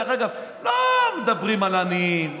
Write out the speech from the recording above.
דרך אגב, לא מדברים על עניים,